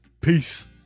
Peace